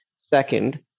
Second